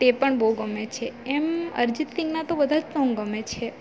તે પણ બહુ ગમે છે એમ અરજીત સિંગના તો બધા જ સોંગ ગમે છે